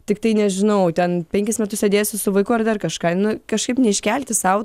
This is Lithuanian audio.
tiktai nežinau ten penkis metus sėdėsiu su vaiku ar dar kažką nu kažkaip neiškelti sau